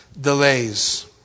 delays